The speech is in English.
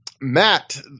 Matt